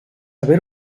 haver